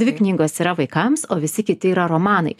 dvi knygos yra vaikams o visi kiti yra romanai